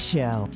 Show